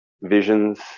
visions